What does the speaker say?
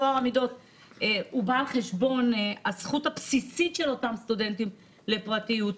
טוהר המידות בא על חשבון הזכות הבסיסית של אותם סטודנטים לפרטיות.